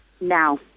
Now